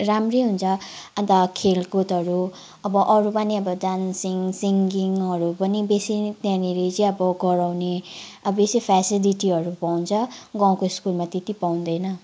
राम्रै हुन्छ अन्त खेलकुदहरू अब अरू पनि अब डान्सिङ सिङ्गिङहरू पनि बेसी नै त्यहाँनिर चाहिँ गराउने अब बेसी फेसिलिटीहरू पाउँछ गाउँको स्कुलमा त्यति पाउँदैन